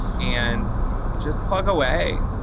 and just plug away.